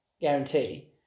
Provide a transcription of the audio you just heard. guarantee